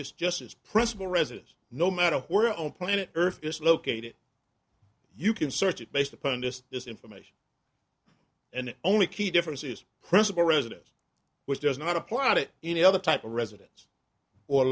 there's justice principle residence no matter where on planet earth is located you can search it based upon just this information and the only key difference is principle residence which does not apply to any other type of residence or